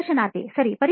ಸಂದರ್ಶನಾರ್ಥಿ ಸರಿ